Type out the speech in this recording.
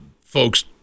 folks